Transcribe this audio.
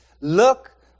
look